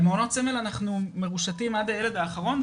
על מעונות סמל אנחנו מרושתים עד הילד האחרון,